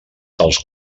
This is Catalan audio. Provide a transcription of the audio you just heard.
dels